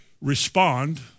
respond